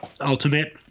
ultimate